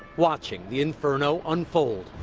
watching the inferno unfold.